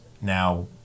Now